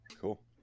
Cool